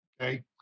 okay